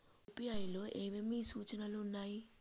UPI లో ఏమేమి సూచనలు ఉన్నాయి?